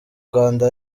rwanda